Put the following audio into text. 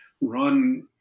run